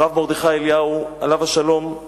הרב מרדכי אליהו, עליו השלום,